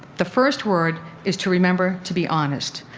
the first word is to remember to be honest.